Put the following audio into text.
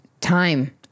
time